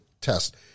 test